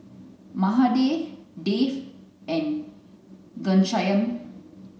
Mahade Dev and Ghanshyam